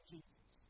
Jesus